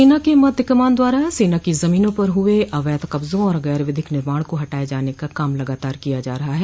सेना के मध्य कमान द्वारा सेना की जमीनों पर हुए अवैध कब्जों और गैरविधिक निर्माण को हटाये जाने का काम लगातार किया जा रहा है